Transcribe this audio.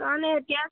কাৰণে এতিয়া